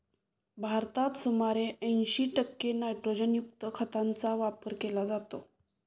भारतात सुमारे ऐंशी टक्के नायट्रोजनयुक्त खतांचा वापर केला जातो